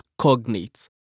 cognates